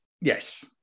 yes